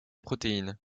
protéines